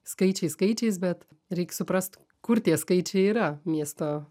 skaičiai skaičiais bet reik suprast kur tie skaičiai yra miesto